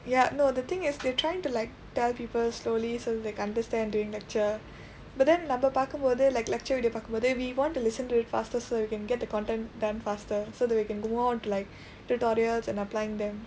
ya no the thing is they're trying to like tell people slowly so they can understand during lecture but then நம்ம பார்க்கும் போது:namma paarkum poothu like lecture video பார்க்கும் போது:paarkum poothu we want to listen to it faster so that we can get the content them faster so that we can go on to like tutorials and applying them